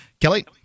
Kelly